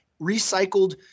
recycled